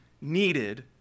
needed